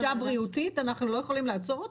בריאותית קשה אנחנו לא יכולים לעצור אותו?